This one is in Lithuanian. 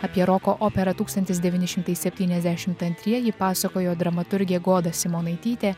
apie roko operą tūkstantis devyni šimtai septynasdešimt antrieji pasakojo dramaturgė goda simonaitytė